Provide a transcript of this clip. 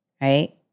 Right